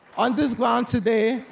on this ground today,